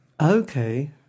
Okay